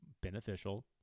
beneficial